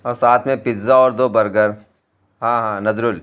اور ساتھ میں پیتزا اور دو برگر ہاں ہاں نظر